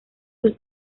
sus